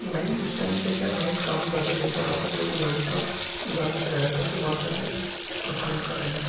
भाई उस टाइम पर क्या है माइंड काम ज्यादे नहीं कर रहा था क्योंकि गाड़ी का गाड़ी से आया था तो बहुत ज्यादे और ठण्ड का टाइम था